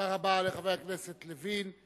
תודה רבה לחבר הכנסת לוין.